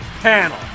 panel